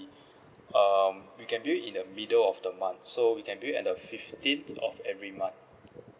um we can bill it in the middle of the month so we can bill it at the fifteenth of every month